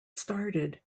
started